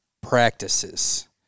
practices